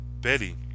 Betty